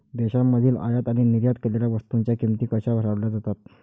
देशांमधील आयात आणि निर्यात केलेल्या वस्तूंच्या किमती कशा ठरवल्या जातात?